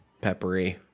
peppery